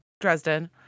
Dresden